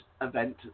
event